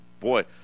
Boy